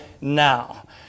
now